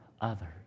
others